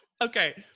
Okay